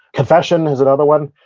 confession is another one,